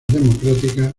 democráticas